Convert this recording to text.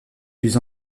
plus